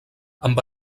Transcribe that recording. amb